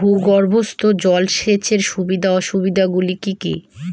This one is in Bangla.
ভূগর্ভস্থ জল সেচের সুবিধা ও অসুবিধা গুলি কি কি?